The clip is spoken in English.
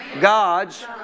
God's